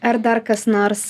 ar dar kas nors